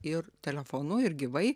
ir telefonu ir gyvai